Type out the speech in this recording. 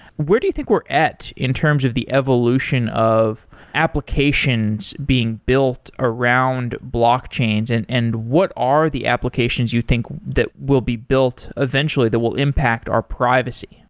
where do you think we're at in terms of the evolution of applications being built around blockchains and and what are the applications you think that will be built eventually that will impact our privacy?